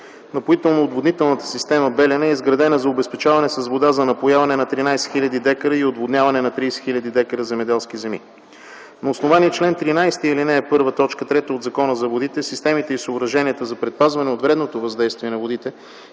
напоително - отводнителна система „Белене” е изградена за обезпечаване с вода за напояване на 13 хил. дка и отводняване на 30 хил. дка земеделски земи. На основание чл. 13, ал. 1, т. 3 от Закона за водите, системите и съоръженията за предпазване от вредното въздействие на водите,